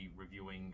reviewing